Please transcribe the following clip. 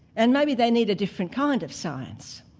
and maybe they need a different kind of science.